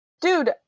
dude